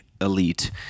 Elite